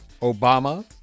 Obama